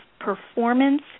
performance